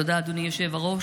תודה, אדוני היושב-ראש.